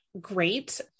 great